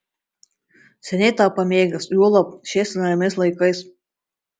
seniai tą pamėgęs juolab šiais neramiais laikais